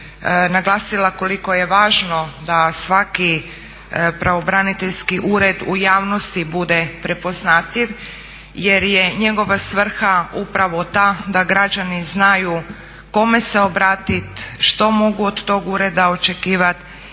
naglasila koliko je važno da svaki pravobraniteljski ured u javnosti bude prepoznatljiv jer je njegova svrha upravo ta da građani znaju kome se obratiti, što mogu od tog ureda očekivati